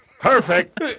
Perfect